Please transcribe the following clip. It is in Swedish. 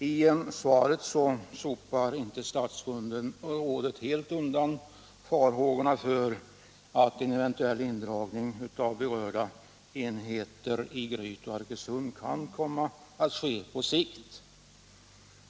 I svaret stoppar inte statsrådet helt undan farhågorna för en eventuell indragning av berörda enheter i Gryt och Arkösund på sikt.